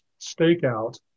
stakeout